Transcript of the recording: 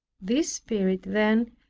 this spirit then,